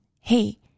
hey